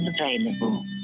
available